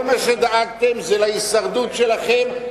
כל מה שדאגתם זה להישרדות שלכם,